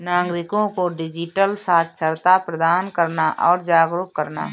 नागरिको को डिजिटल साक्षरता प्रदान करना और जागरूक करना